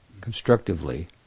constructively